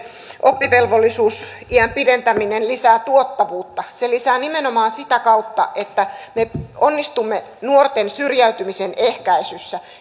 oppivelvollisuusiän pidentäminen lisää tuottavuutta se lisää nimenomaan sitä kautta että me onnistumme nuorten syrjäytymisen ehkäisyssä